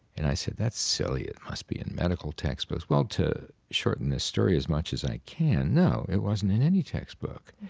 and i said that's silly, it must be in medical textbooks. well, to shorten this story as much as i can, no, it wasn't in any textbook.